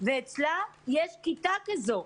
ואצלה יש כיתה כזו.